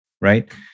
right